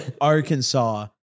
Arkansas